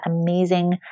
amazing